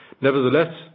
Nevertheless